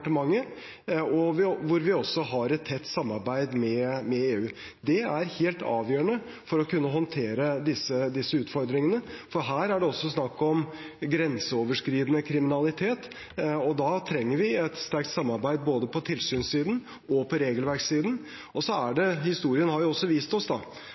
og hvor vi også har et tett samarbeid med EU. Det er helt avgjørende for å kunne håndtere disse utfordringene. Her er det også snakk om grenseoverskridende kriminalitet, og da trenger vi et sterkt samarbeid både på tilsynssiden og på regelverkssiden. Historien har vist oss